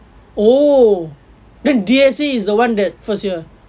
oh then D_S_A is the one that first year